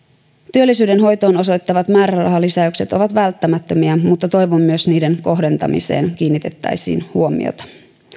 työllisyyden hoitoon osoitettavat määrärahalisäykset ovat välttämättömiä mutta toivon myös että niiden kohdentamiseen kiinnitettäisiin huomiota